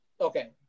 Okay